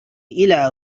إلى